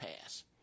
pass